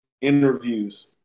interviews